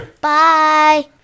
Bye